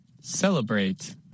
celebrate